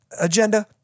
Agenda